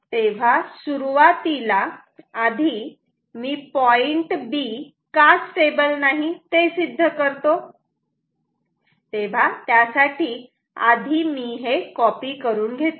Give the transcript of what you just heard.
तेव्हा सुरुवातीला आधी मी पॉईंट B का स्टेबल नाही ते सिद्ध करतो त्या साठी आधी मी हे कॉपी करून घेतो